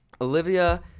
Olivia